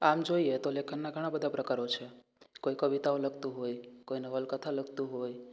આમ જોઈએ તો લેખનના ઘણાં બધાં પ્રકારો છે કોઈ કવિતાઓ લખતું હોય કોઈ નવલકથા લખતું હોય